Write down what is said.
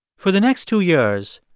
for the next two years,